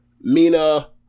Mina